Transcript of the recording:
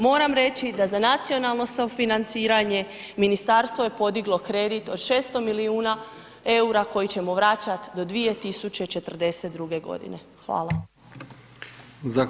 Moram reći da za nacionalno sufinanciranje ministarstvo je podiglo kredit od 600 milijuna EUR-a koji ćemo vraćat do 2042.g. Hvala.